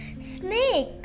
snake